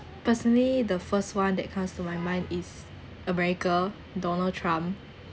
personally the first one that comes to my mind is america donald trump